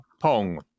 pong